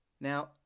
now